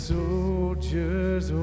soldiers